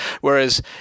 whereas